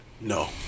No